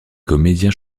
comédiens